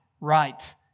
right